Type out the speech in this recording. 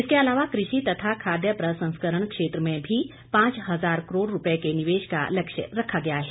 इसके अलावा कृषि तथा खाद्य प्रसंस्करण क्षेत्र में भी पांच हजार करोड़ रूपए के निवेश का लक्ष्य रखा गया है